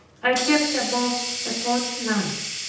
i kept above a fortnight.